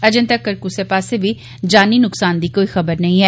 अजें तकर कुसै पास्सै बी जानी नुक्सान दी कोई खबर नेई ऐ